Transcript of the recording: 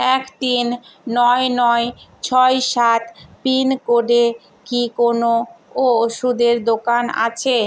এক তিন নয় নয় ছয় সাত পিন কোডে কি কোনো ও ওষুধের দোকান আছে